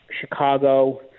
Chicago